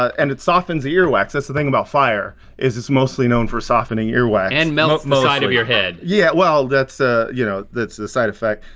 and it softens ear wax, that's the thing about fire is it's mostly known for softening ear wax. and melts and the side of your head. mostly. yeah, well, that's ah you know that's the side effect.